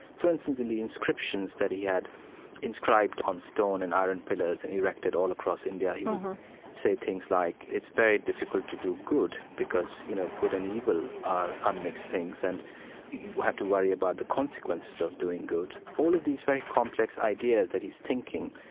for instance, in the inscriptions that he had inscribed on stone and iron pillars and erected all across india, he'd say things like it's very difficult to do good, because, you know, good and evil are unmixed things, and you have to worry about the consequences of doing good all of these very complex ideas that he's thinking,